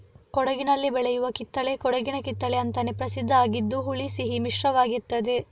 ಕೊಡಗಿನಲ್ಲಿ ಬೆಳೆಯುವ ಕಿತ್ತಳೆ ಕೊಡಗಿನ ಕಿತ್ತಳೆ ಅಂತಾನೇ ಪ್ರಸಿದ್ಧ ಆಗಿದ್ದು ಹುಳಿ ಸಿಹಿ ಮಿಶ್ರಿತವಾಗಿರ್ತದೆ